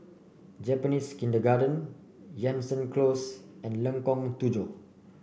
Japanese Kindergarten Jansen Close and Lengkong Tujuh